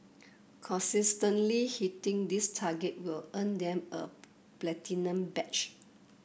consistently hitting this target will earn them a platinum badge